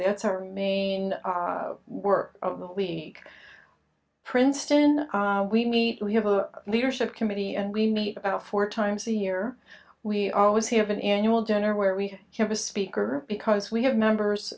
that's our main work of the clique princeton we meet we have a leadership committee and we meet about four times a year we always have an annual dinner where we have a speaker because we have members